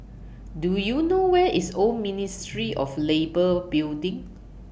Do YOU know Where IS Old Ministry of Labour Building